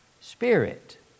spirit